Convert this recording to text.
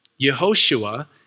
Yehoshua